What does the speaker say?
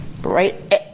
right